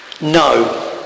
No